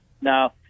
Now